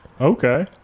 Okay